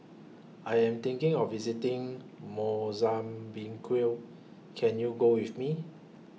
I Am thinking of visiting Mozambique Can YOU Go with Me